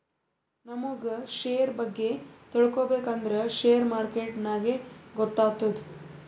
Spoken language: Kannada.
ನಮುಗ್ ಶೇರ್ ಬಗ್ಗೆ ತಿಳ್ಕೋಬೇಕು ಅಂದ್ರ ಶೇರ್ ಮಾರ್ಕೆಟ್ ನಾಗೆ ಗೊತ್ತಾತ್ತುದ